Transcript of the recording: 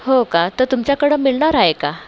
हो का तर तुमच्याकडं मिळणार आहे का